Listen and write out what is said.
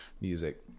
music